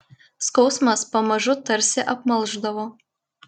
skausmas pamažu tarsi apmalšdavo